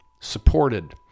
supported